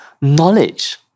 knowledge